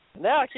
Now